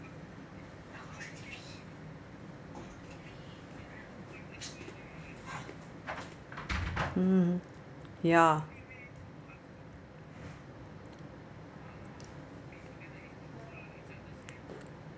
mmhmm ya